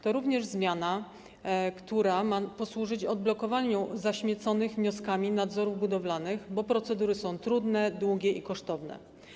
To również zmiana, która ma posłużyć odblokowaniu zaśmieconych wnioskami nadzorów budowalnych, bo procedury są trudne, długie i kosztowne.